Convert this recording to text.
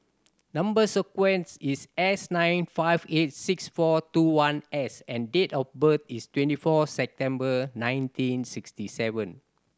number sequence is S nine five eight six four two one S and date of birth is twenty four September nineteen sixty seven